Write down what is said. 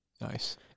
Nice